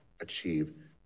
achieve